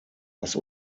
was